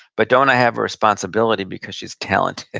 but don't i have a responsibility, because she's talented?